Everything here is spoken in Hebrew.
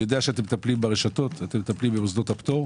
אני יודע שאתם מטפלים ברשתות ובמוסדות הפטור.